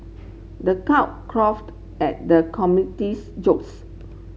the at the comedian's jokes